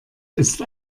ist